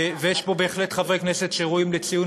ויש פה בהחלט חברי כנסת שראויים לציון